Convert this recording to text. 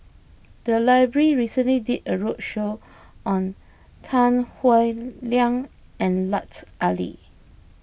the library recently did a roadshow on Tan Howe Liang and Lut Ali